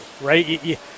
right